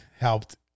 helped